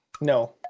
No